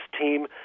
team